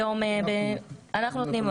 אנחנו נותנים.